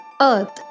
Earth